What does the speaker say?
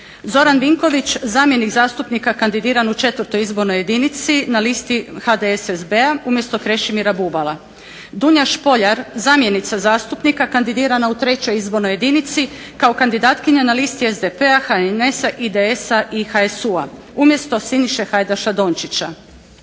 Zoran Dinković zamjenik zastupnika kandidiran u 4. izbornoj jedinici na listi HDSSB-a umjesto Krešimira Bubala, Dunja Špoljar zamjenica zastupnika kandidirana u 3. izbornoj jedinici kao kandidatkinja na listi SDP-a, HNS-a, IDS-a i HSU-a umjesto Siniše Hajdaša Dončića,